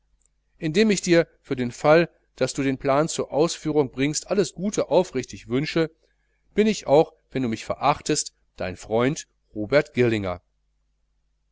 indem ich dir für den fall daß du den plan zur ausführung bringst alles glück aufrichtig wünsche bin ich auch wenn du mich verachtest dein freund robert girlinger